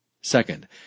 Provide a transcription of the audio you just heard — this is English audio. Second